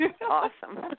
Awesome